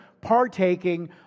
partaking